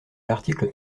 l’article